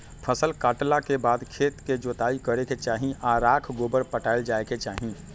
फसल काटला के बाद खेत के जोताइ करे के चाही आऽ राख गोबर पटायल जाय के चाही